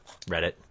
Reddit